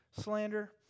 slander